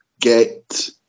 get